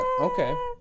okay